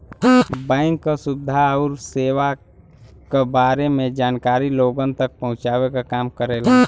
bank क सुविधा आउर सेवा क बारे में जानकारी लोगन तक पहुँचावे क काम करेलन